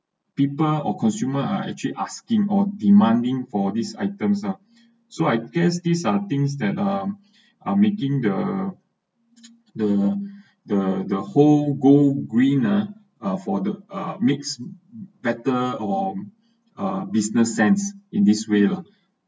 people or consumer are actually asking or demanding for these items ah so I guess these are things that are are making the the whole go green ah afforded a mix better or business sense in this way lah